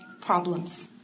problems